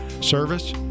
Service